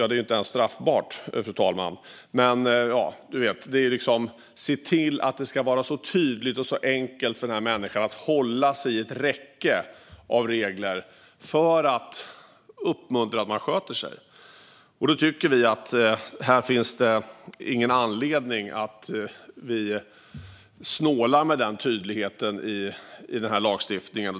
Det är ju inte ens straffbart, fru talman. Men vi ska se till att det är så tydligt och så enkelt som möjligt och att det finns en räcka av regler att hålla sig till för att uppmuntra den här människan att sköta sig. Vi tycker inte att det finns någon anledning att snåla med den tydligheten i den här lagstiftningen.